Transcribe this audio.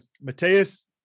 Mateus